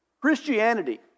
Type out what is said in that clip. Christianity